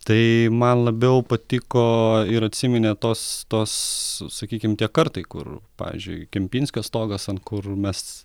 tai man labiau patiko ir atsiminė tos tos sakykim tie kartai kur pavyzdžiui kempinskio stogas ant kur mes